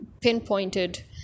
pinpointed